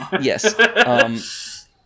Yes